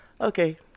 okay